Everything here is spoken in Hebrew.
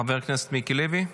חבר הכנסת מיקי לוי.